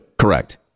correct